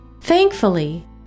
Thankfully